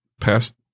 past